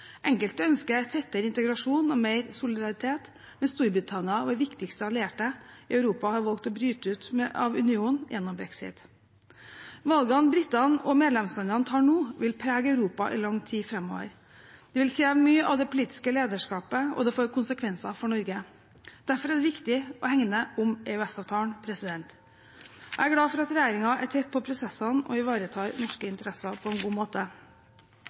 Enkelte ønsker tettere integrasjon og mer solidaritet, mens Storbritannia, vår viktigste allierte i Europa, har valgt å bryte ut av unionen gjennom brexit. Valgene som britene og medlemslandene tar nå, vil prege Europa i lang tid framover. Det vil kreve mye av det politiske lederskapet, og det får konsekvenser for Norge. Derfor er det viktig å hegne om EØS-avtalen. Jeg er glad for at regjeringen er tett på prosessene og ivaretar norske interesser på en god måte.